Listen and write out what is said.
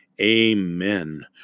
Amen